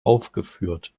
aufgeführt